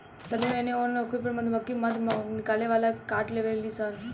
तानियो एने ओन होखे पर मधुमक्खी मध निकाले वाला के काट लेवे ली सन